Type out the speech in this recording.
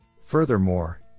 Furthermore